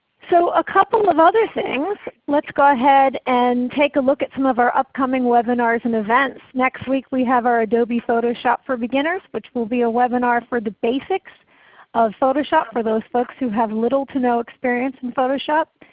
so a couple of other things, let's go ahead and take a look at some of our upcoming webinars and events. next week we have our adobe photoshop for beginners which will be a webinar for the basics of photoshop for those folks who have little to no experience in photoshop.